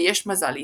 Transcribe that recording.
ויש מזל לישראל".